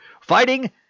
fighting